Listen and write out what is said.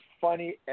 funny